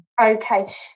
Okay